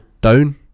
down